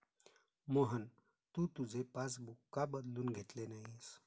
मोहन, तू तुझे पासबुक का बदलून घेत नाहीस?